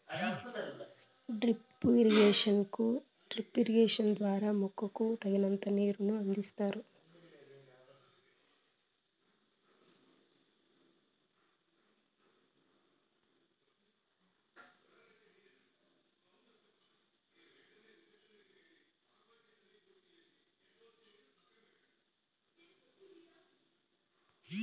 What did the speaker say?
drip irrigation ద్వారా మొక్కకు తగినంత నీరును అందిస్తారు